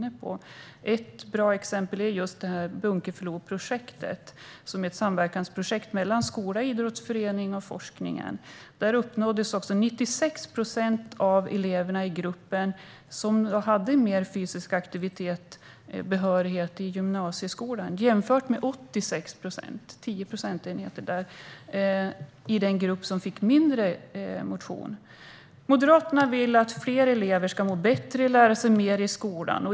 Ett bra exempel är just Bunkefloprojektet. Det är ett samverkansprojekt mellan skola, idrottsförening och forskning. I elevgruppen som hade mer fysisk aktivitet uppnådde 96 procent behörighet till gymnasieskolan. I den grupp som fick mindre motion uppnådde 86 procent behörighet, alltså 10 procentenheter färre. Moderaterna vill att fler elever ska må bättre och lära sig mer i skolan.